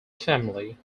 family